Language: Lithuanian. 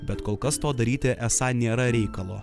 bet kol kas to daryti esą nėra reikalo